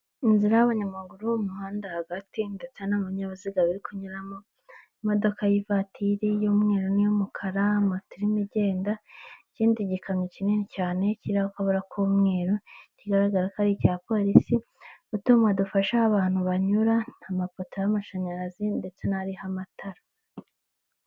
Inzira y'abanyamaguru bo'umuhanda hagati ndetse nta munyabiziga bi kunyuramo imodoka y'ivatiri y'umweru niy'umukara, matemi igenda ikindi gikamyo kinini cyane kirakabura k'umweru kigaragara ko ari icya polisi utwuma dufasha abantu banyura n'amapoto y'amashanyarazi ndetse n'ariho'amatara.